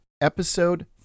Episode